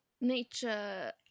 nature